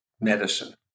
medicine